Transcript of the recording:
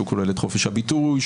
שהוא כולל את חופש הביטוי,